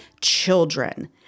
children